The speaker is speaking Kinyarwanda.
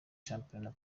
shampiyona